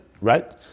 Right